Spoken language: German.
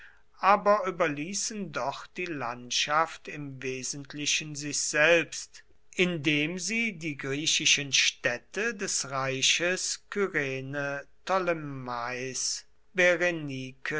aber überließen doch die landschaft im wesentlichen sich selbst indem sie die griechischen städte des reiches kyrene ptolemais